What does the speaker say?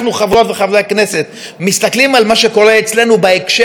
הכנסת מסתכלים על מה שקורה אצלנו בהקשר העולמי,